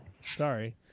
sorry